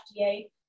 FDA